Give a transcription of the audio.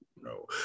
no